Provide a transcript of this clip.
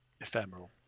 ephemeral